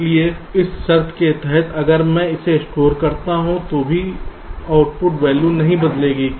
इसलिए इस शर्त के तहत अगर मैं इसे स्टोर करता हूं तो भी आउटपुट वैल्यू नहीं बदलेगी